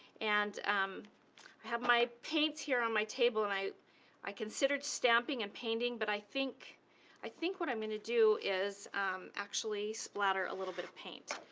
and i um have my paints here on my table, and i i considered stamping and painting, but i think i think what i'm gonna do is actually splatter a little bit of paint.